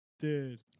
dude